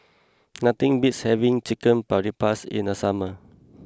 nothing beats having Chicken Paprikas in the summer